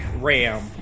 ram